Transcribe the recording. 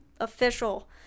official